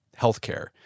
healthcare